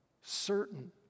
certain